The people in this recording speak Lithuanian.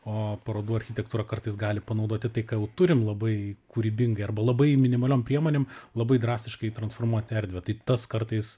o parodų architektūra kartais gali panaudoti tai ką jau turim labai kūrybingai arba labai minimaliom priemonėm labai drastiškai transformuoti erdvę tai tas kartais